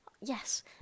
Yes